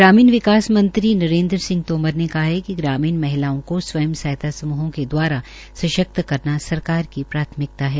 ग्रामीण विकास मंत्री नरेन्द्र सिंह तोमर ने कहा है कि ग्रामीण महिलाओं को स्वयं सहायता समूहों के द्वारा सशक्त करना सरकार की प्राथमिकता है